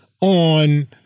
on